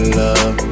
love